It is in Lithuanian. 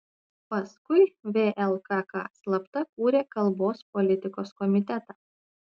paskui vlkk slapta kūrė kalbos politikos komitetą